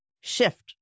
shift